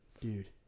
Dude